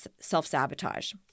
self-sabotage